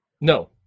No